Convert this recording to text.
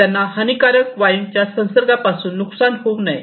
त्यांना हानीकारक वायूंच्या संसर्गापासून नुकसान होऊ नये